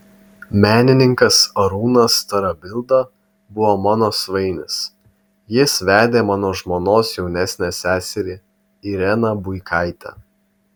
menininkas arūnas tarabilda buvo mano svainis jis vedė mano žmonos jaunesnę seserį ireną buikaitę